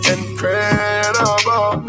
Incredible